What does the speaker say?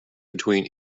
between